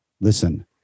Listen